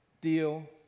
deal